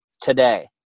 today